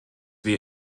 wir